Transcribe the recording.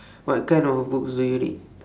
what kind of a books do you read